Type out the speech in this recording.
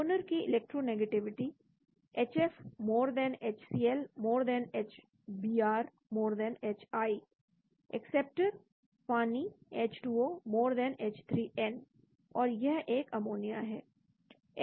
donor की electronegativity HF HCl HBr HI acceptor पानी H3N और यह एक अमोनिया है